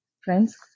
Friends